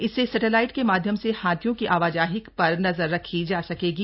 इससे सैटेलाइट के माध्यम से हाथियों की आवाजाही का पर नजर रखी जा सकेगी